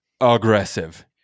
aggressive